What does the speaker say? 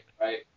right